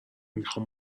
میخوام